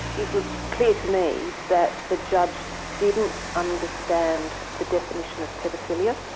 it was clear to me that the judge didn't understand the definition of paedophilia,